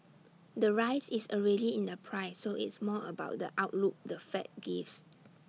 the rise is already in the price so it's more about the outlook the fed gives